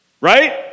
Right